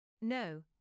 No